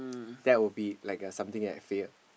that will be like a something like failure